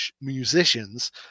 musicians